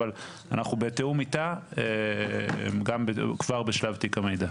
אבל אנחנו בתיאום איתה גם כבר בשלב תיק המידע.